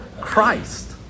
Christ